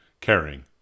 caring